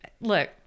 Look